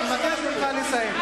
אני מבקש ממך לסיים.